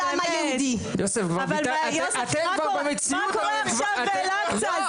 אתה רוצה שאני אדבר?